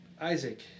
Isaac